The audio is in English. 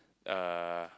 uh